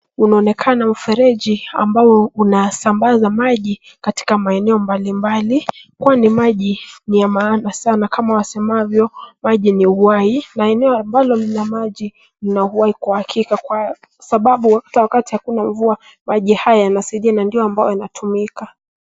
Unaonekana mfereji ambao unasambaza maji katika maeneo mbalimbali, kwani maji ni ya maana sana kama wasemavyo maji ni uhai. Na eneo ambalo lina maji lina uhai kwa uhakika kwa sababu ata wakati hakuna mvua maji haya yanasaidia na ndiyo ambayo yanatumika.